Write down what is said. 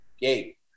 gate